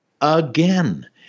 again